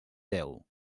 déu